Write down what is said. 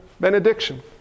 benediction